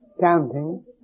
Counting